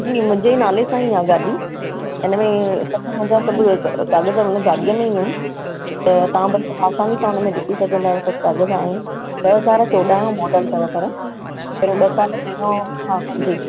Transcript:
जी मुंहिंजे नाले सां ई आहे गाॾी उनमें सभु मुंहिंजा सभु उहे काग़ज़ उनमें गाॾीअ में ई आहिनि त तव्हां भली आसानी सां हुनमें ॾिसी सघंदव सभु काग़ज़ आहिनि ॿ हज़ार चोॾहां जो मोडल अथव पर पर ॿ साल पहिरियां हा जी